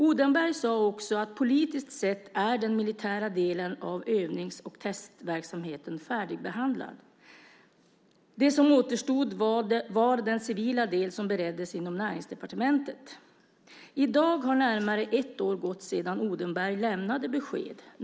Odenberg sade också att politiskt sett är den militära delen av övnings och testverksamheten färdigbehandlad. Det som återstod var den civila del som bereddes inom Näringsdepartementet. I dag har närmare ett år gått sedan Odenberg lämnade besked.